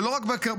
ולא רק בקרבי.